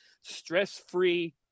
stress-free